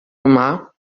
omar